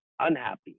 unhappy